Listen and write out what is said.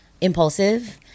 impulsive